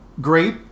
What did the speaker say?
great